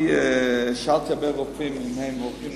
שאלתי הרבה רופאים אם הם הולכים